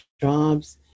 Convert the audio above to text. jobs